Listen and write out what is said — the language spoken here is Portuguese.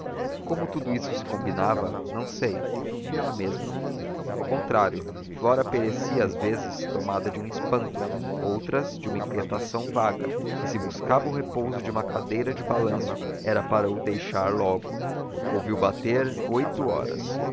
como tudo isso se combinava não sei nem ela mesma ao contrário flora parecia às vezes tomada de um espanto outras de uma inquietação vaga e se buscava o repouso de uma cadeira de balanço era para o deixar logo ouviu bater oito horas